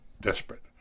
desperate